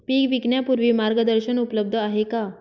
पीक विकण्यापूर्वी मार्गदर्शन उपलब्ध आहे का?